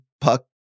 puck